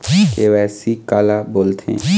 KYC काला बोलथें?